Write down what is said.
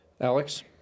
Alex